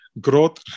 growth